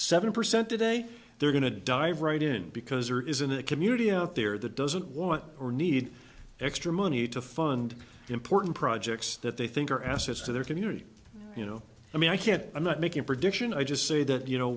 seven percent today they're going to dive right in because there isn't a community out there that doesn't want or need extra money to fund important projects that they think are assets to their community you know i mean i can't i'm not making a prediction i just say that you know